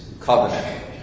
covenant